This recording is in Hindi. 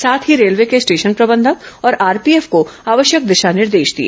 साथ ही रेलवे के स्टेशन प्रबंधक और आरपीएफ को आवश्यक दिशा निर्देश दिए